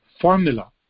Formula